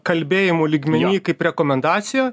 kalbėjimo lygmeny kaip rekomendacija